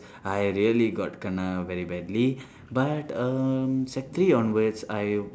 I really got kena very badly but um sec three onwards I